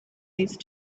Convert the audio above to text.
these